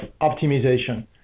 optimization